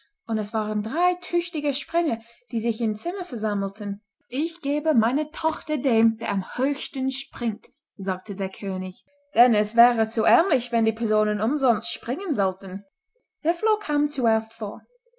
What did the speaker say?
und es waren drei tüchtige springer die sich im zimmer versammelten ich gebe meine tochter dem der am höchsten springt sagte der könig denn es wäre zu ärmlich wenn die personen umsonst springen sollten der floh kam zuerst vor